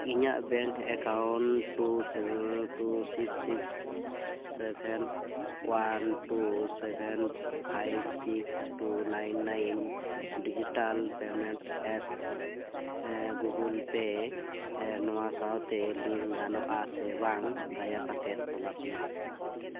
ᱤᱧᱟᱹᱜ bank account two two six six seven one two seven five six two nine nine digital payment app Google Pay ᱱᱚᱣᱟ ᱥᱟᱶᱛᱮ ᱞᱤᱝ ᱜᱟᱱᱚᱜᱼᱟ ᱥᱮ ᱵᱟᱝ ᱫᱟᱭᱟ ᱠᱟᱛᱮᱫ ᱛᱚᱞᱟᱥᱢᱮ